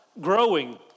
growing